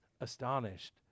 astonished